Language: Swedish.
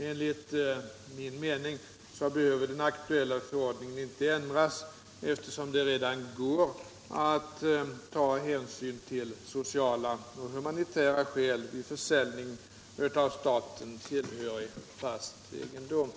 Enligt min mening behöver den aktuella förordningen inte ändras, eftersom det redan går att ta hänsyn till sociala och humanitära skäl vid försäljning av staten tillhörig fast egendom.